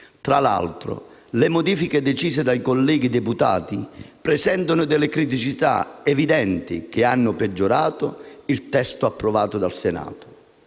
Tra l'altro, le modifiche decise dai colleghi deputati presentano delle criticità evidenti che hanno peggiorato il testo approvato dal Senato.